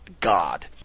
God